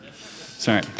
sorry